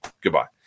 goodbye